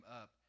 up